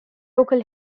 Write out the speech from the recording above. local